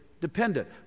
dependent